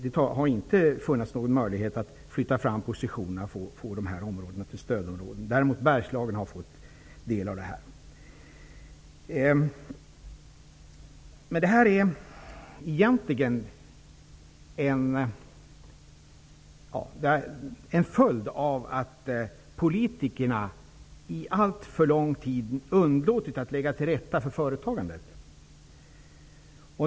Det har inte funnits någon möjlighet att flytta fram positionerna och göra dessa områden till stödområden. Däremot har Bergslagen fått del av det stödet. Det här är egentligen en följd av att politikerna under alltför lång tid underlåtit att lägga till rätta för företagandet.